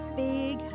big